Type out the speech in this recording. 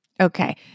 Okay